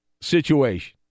situation